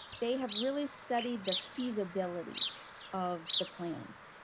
they have really studied the feasibility of the plans,